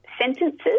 sentences